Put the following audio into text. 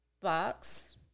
box